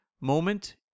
moment